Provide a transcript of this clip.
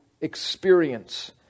experience